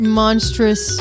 monstrous